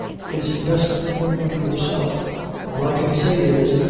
is best known to yourself all i can say is,